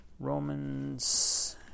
Romans